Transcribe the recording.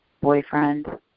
boyfriend